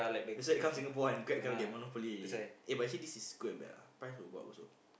that's why they come Singapore and Grab cannot get monopoly already eh but actually this is good and bad lah price will go up also